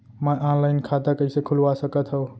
मैं ऑनलाइन खाता कइसे खुलवा सकत हव?